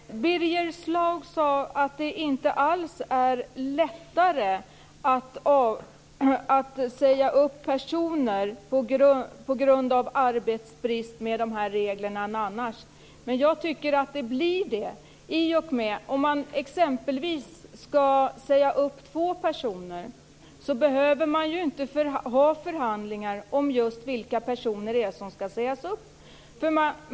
Fru talman! Birger Schlaug sade att det inte alls är lättare att säga upp personer på grund av arbetsbrist med dessa regler än annars. Jag tycker att det blir det. Om man exempelvis ska säga upp två personer behöver man inte ha förhandlingar om just vilka personer som ska sägas upp.